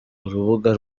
urubuga